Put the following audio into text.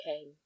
came